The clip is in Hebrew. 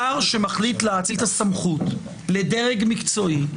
שר שמחליט להאציל את הסמכות לדרג מקצועי,